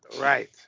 right